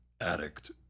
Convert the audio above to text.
addict